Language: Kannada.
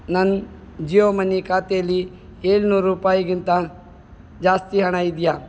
ನನ್ನ ಜಿಯೋ ಮನಿ ಖಾತೆಲಿ ಏಳ್ನೂರು ರೂಪಾಯಿಗಿಂತ ಜಾಸ್ತಿ ಹಣ ಇದೆಯಾ